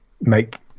make